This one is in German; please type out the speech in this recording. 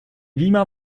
beamer